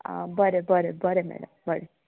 आं बरें बरें बरें मॅडम बरें